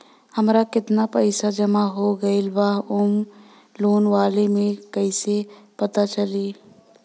हमार केतना पईसा जमा हो गएल बा होम लोन वाला मे कइसे पता चली?